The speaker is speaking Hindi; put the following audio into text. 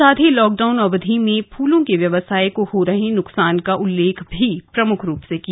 साथ ही लॉकडाउन अवधि में फूलों के व्यवसाय को हो रहे न्कसान का उल्लेख भी प्रम्ख रूप से किया